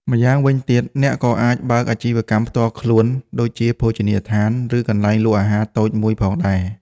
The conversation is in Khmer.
ម្យ៉ាងវិញទៀត អ្នកក៏អាចបើកអាជីវកម្មផ្ទាល់ខ្លួន ដូចជាភោជនីយដ្ឋាន ឬកន្លែងលក់អាហារតូចមួយផងដែរ។